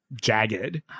Jagged